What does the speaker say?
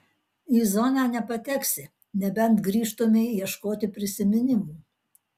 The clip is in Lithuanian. į zoną nepateksi nebent grįžtumei ieškoti prisiminimų